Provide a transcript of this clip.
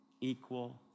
equal